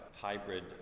hybrid